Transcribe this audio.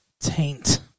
taint